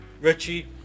richie